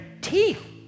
teeth